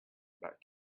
but